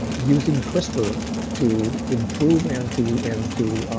using crispr to improve and to and to